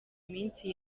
minsi